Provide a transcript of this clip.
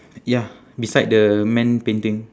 ya beside the man painting